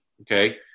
Okay